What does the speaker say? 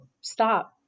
Stop